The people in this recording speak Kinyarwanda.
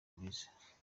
louise